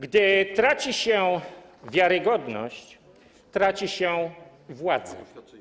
Gdy traci się wiarygodność, traci się władzę.